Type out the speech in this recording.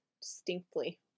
distinctly